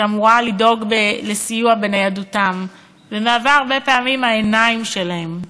שאמורה לדאוג לסיוע בניידותם ומהווה הרבה פעמים העיניים שלהם,